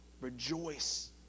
Rejoice